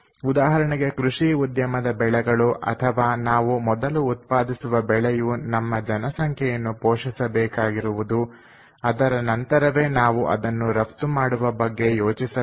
ಉದಾಹರಣೆಗೆ ಕೃಷಿ ಉದ್ಯಮದ ಬೆಳೆಗಳು ಅಥವಾ ನಾವು ಮೊದಲು ಉತ್ಪಾದಿಸುವ ಬೆಳೆಯು ನಮ್ಮ ಜನಸಂಖ್ಯೆಯನ್ನು ಪೋಷಿಸಬೇಕಾಗಿರುವುದು ಅದರ ನಂತರವೇ ನಾವು ಅದನ್ನು ರಫ್ತು ಮಾಡುವ ಬಗ್ಗೆ ಯೋಚಿಸಬಹುದು